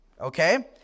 okay